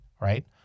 right